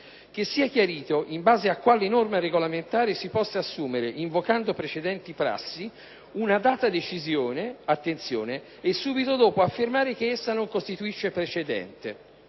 che sia chiarito in base a quali norme regolamentari si possa assumere, invocando precedenti prassi, una data decisione - attenzione! - e subito dopo affermare che essa non costituisce precedente.